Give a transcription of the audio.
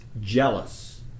jealous